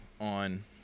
on